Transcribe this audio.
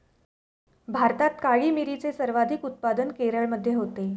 भारतात काळी मिरीचे सर्वाधिक उत्पादन केरळमध्ये होते